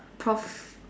prof~